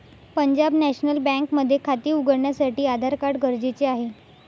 Punjab national bank मध्ये खाते उघडण्यासाठी आधार कार्ड गरजेचे आहे